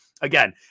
again